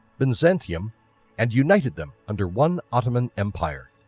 byzantium and united them under one ottoman empire.